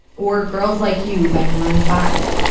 or girls like you, by maroon five.